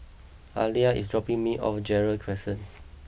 Alia is dropping me off Gerald Crescent